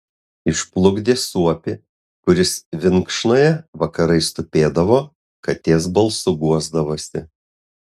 išplukdė suopį kuris vinkšnoje vakarais tupėdavo katės balsu guosdavosi